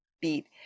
beat